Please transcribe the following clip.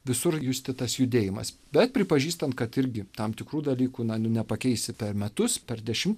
visur justi tas judėjimas bet pripažįstant kad irgi tam tikrų dalykų nepakeisi per metus per dešimt